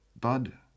Bud